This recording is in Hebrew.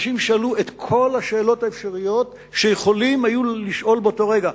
שאנשים שאלו את כל השאלות האפשריות שיכולים היו לשאול באותו הרגע,